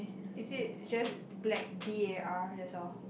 is it just black b_a_r that's all